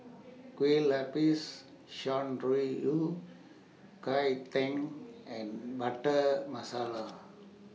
Kuih Lopes Shan Rui Yao Cai Tang and Butter Masala